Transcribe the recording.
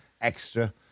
extra